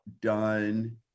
done